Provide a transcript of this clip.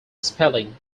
spelling